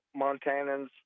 Montanans